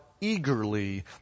eagerly